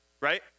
right